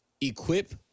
equip